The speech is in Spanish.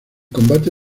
combate